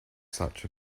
such